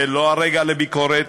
זה לא הרגע לביקורת.